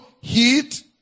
heat